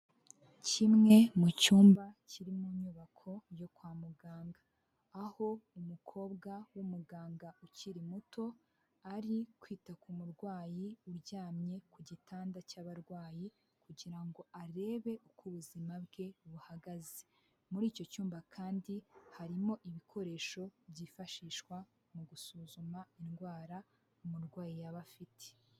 Kimwe mu cyumba kiri mu nyubako yo kwa muganga, aho umukobwa w'umuganga ukiri muto ari kwita ku murwayi uryamye ku gitanda cy'abarwayi kugirango arebe uko ubuzima bwe buhagaze. Muri icyo cyumba kandi harimo ibikoresho byifashishwa mu gusuzuma indwara umurwayi yaba afite.